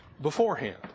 beforehand